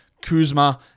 Kuzma